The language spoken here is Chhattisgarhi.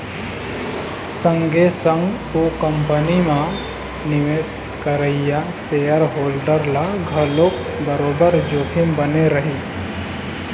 संगे संग ओ कंपनी म निवेश करइया सेयर होल्डर ल घलोक बरोबर जोखिम बने रही